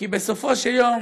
כי בסופו של דבר,